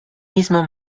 mismo